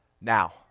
now